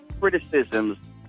criticisms